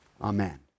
Amen